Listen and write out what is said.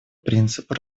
принципа